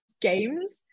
games